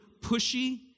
pushy